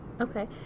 Okay